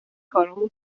کارامون